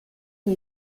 que